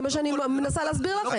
זה מה שאני מנסה להסביר לכם.